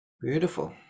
Beautiful